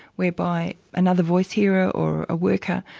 whereby another voice hearer, or a worker,